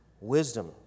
wisdom